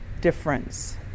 difference